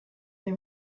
the